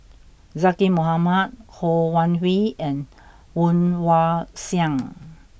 Zaqy Mohamad Ho Wan Hui and Woon Wah Siang